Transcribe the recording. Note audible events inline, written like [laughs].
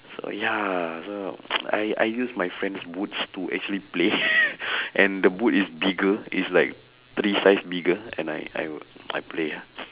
so ya so [noise] I I use my friend's boots to actually play [laughs] [breath] and the boot is bigger it's like three size bigger and I I I play ah